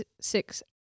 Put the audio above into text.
six